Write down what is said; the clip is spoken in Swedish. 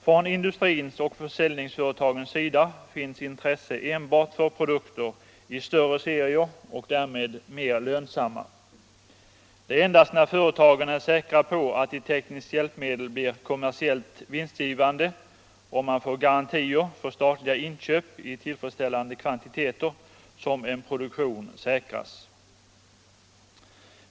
Från industrins och försäljningsföretagens sida finns intresse enbart för produkter i större serier och därmed mer lönsamma. Det är endast när företagen är säkra på att ett tekniskt hjälpmedel blir kommersiellt vinstgivande och man får garantier för statliga inköp i tillfredsställande kvantiteter som en produktion säkras.